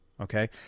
okay